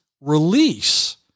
release